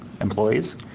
employees